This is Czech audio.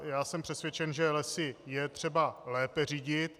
Já jsem přesvědčen, že Lesy je třeba lépe řídit.